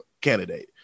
candidate